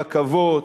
ברכבות,